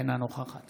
אינה נוכחת